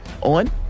on